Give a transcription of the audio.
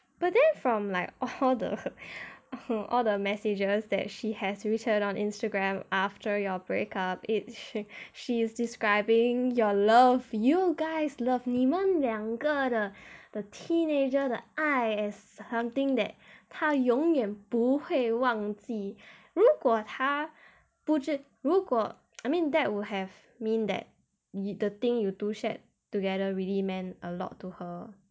but then from like all the messages that she has reshared on instagram after your break up it she she is describing your love you guys love 你们两个的 the teenager 的爱 as something that 她永远不会忘记如果她不知如果 I mean that would have mean that the thing you two shared together really meant a lot to her